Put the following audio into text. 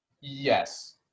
Yes